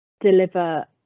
deliver